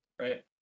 right